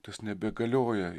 tas nebegalioja